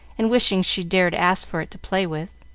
and wishing she dared ask for it to play with.